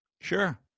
Sure